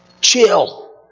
Chill